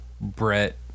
brett